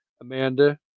Amanda